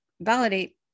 validate